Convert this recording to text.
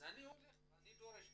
אז אני הולך ואני דורש.